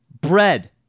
bread